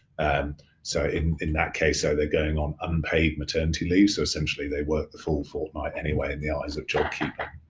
and so in in that case, though, they're going on unpaid maternity leave, so essentially, they work the full fortnight anyway in the eyes of jobkeeper.